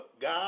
God